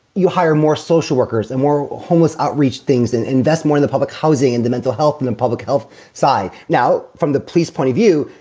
you hire more social workers and more homeless outreach things and invest more in the public housing and the mental health and and public health side. now, from the police point of view,